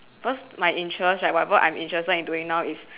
cause my interest right whatever I'm interested in doing now is